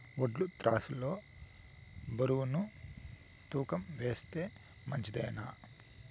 వడ్లు త్రాసు లో బరువును తూకం వేస్తే మంచిదేనా?